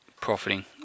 profiting